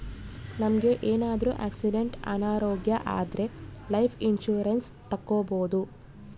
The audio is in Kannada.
ನಮ್ಗೆ ಏನಾದ್ರೂ ಆಕ್ಸಿಡೆಂಟ್ ಅನಾರೋಗ್ಯ ಆದ್ರೆ ಲೈಫ್ ಇನ್ಸೂರೆನ್ಸ್ ತಕ್ಕೊಬೋದು